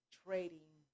trading